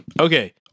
Okay